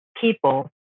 people